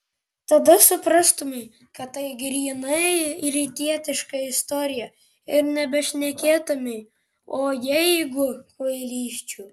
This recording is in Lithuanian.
tada suprastumei kad tai grynai rytietiška istorija ir nebešnekėtumei o jeigu kvailysčių